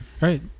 right